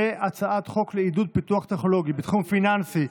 ובהצעת חוק לעידוד פיתוח טכנולוגי בתחום פיננסי,